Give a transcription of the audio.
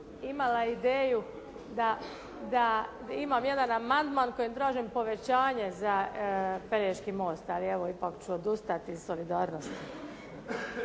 imala ideju da imam jedan amandman kojim tražim povećanje za pelješki most ali evo ipak ću odustati iz solidarnosti.